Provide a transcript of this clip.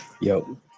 yo